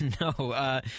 No